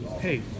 hey